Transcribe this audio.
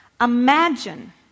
imagine